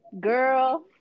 girl